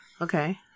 Okay